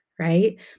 Right